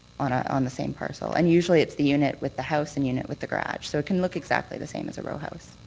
ah um the same parcel. and usually it's the unit with the house and unit with the garage. so it can look exactly the same as a rowhouse.